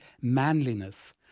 manliness